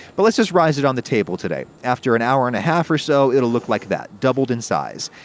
but let's just rise it on the table today. after an hour and half or so it'll look like that. doubled in size.